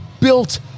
built